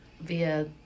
via